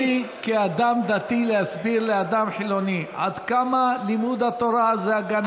קשה לי כאדם דתי להסביר לאדם חילוני עד כמה לימוד התורה זה הגנה,